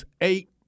eight